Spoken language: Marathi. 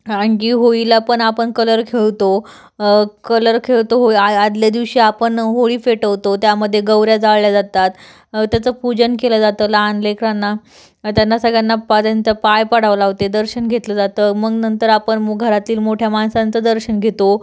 आणखी होळीला पण आपण कलर खेळतो कलर खेळतो आ आधल्या दिवशी आपण होळी पेटवतो त्यामध्ये गोवऱ्या जाळल्या जातात त्याचं पूजन केलं जातं लहान लेकरांना त्यांना सगळ्यांना पर्यंत पाया पडायला लावते दर्शन घेतलं जातं मग नंतर आपण मग घरातील मोठ्या माणसांचं दर्शन घेतो